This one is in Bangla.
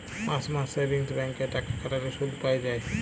মাস মাস সেভিংস ব্যাঙ্ক এ টাকা খাটাল্যে শুধ পাই যায়